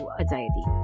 anxiety